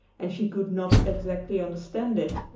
and she could not exactly understand it.